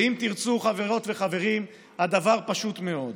ואם תרצו, חברות וחברים, הדבר פשוט מאוד: